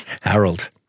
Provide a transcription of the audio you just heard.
Harold